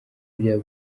bya